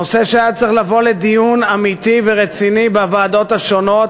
נושא שהיה צריך לבוא לדיון אמיתי ורציני בוועדות השונות,